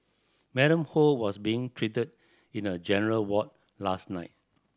Madam Ho was being treated in a general ward last night